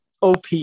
op